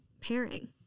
pairing